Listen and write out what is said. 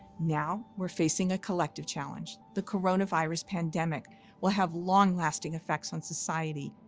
now, we are facing a collective challenge. the coronavirus pandemic will have long-lasting effects on society,